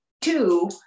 two